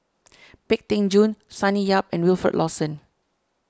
Pang Teck Joon Sonny Yap and Wilfed Lawson